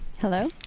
Hello